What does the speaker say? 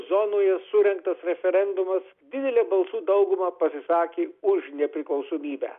zonoje surengtas referendumas didele balsų dauguma pasisakė už nepriklausomybę